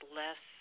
less